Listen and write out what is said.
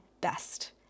best